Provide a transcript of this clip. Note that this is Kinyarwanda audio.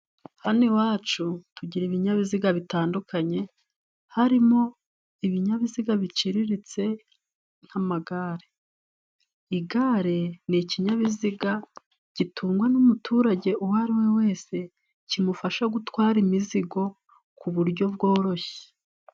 Hano iwacu tugira ibinyabiziga bitandukanye harimo ibinyabiziga biciriritse nk'amagare, igare ni ikinyabiziga gitungwa n'umuturage uwo ari we wese kimufasha gutwara imizigo ku buryo bworoshye.